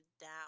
down